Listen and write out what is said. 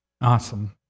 Awesome